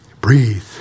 Breathe